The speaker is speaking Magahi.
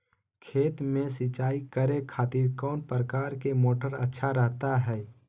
खेत में सिंचाई करे खातिर कौन प्रकार के मोटर अच्छा रहता हय?